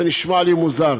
זה נשמע לי מוזר.